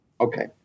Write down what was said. Okay